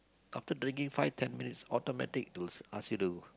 after drinking five ten minutes automatic they will ask you to